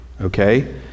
Okay